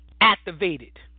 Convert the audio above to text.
activated